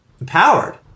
empowered